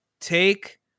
take